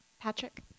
Patrick